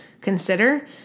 consider